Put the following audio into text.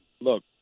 look